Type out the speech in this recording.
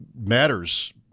matters